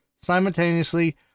simultaneously